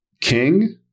King